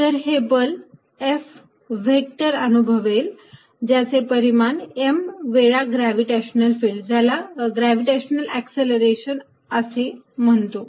तर ते बल F व्हेक्टर अनुभवेल ज्याचे परिमान असेल m वेळा ग्रॅव्हिटेशनल फिल्ड ज्याला आपण ग्रॅव्हिटेशनल एक्सेलरेशन असे म्हणतो